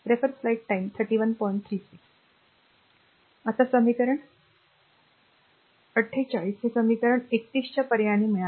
आता समीकरण 48 हे समीकरण r ३१ या पर्यायाने मिळेल